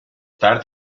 tard